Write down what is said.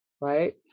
right